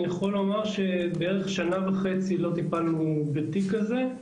אני יכול לומר שבערך שנה וחצי לא טיפלנו בתיק כזה.